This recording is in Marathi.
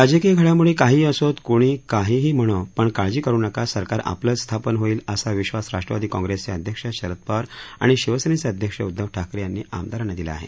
राजकीय घडामोडी काहीही असोत कुणीही काहीही म्हणो पण काळजी करु नका सरकार आपलंच स्थापन होईल असा विश्वास राष्ट्रवादी काँग्रेसचे अध्यक्ष शरद पवार आणि शिवसेनेचे अध्यक्ष उद्धव ठाकरे यांनी आमदारांना दिला आहे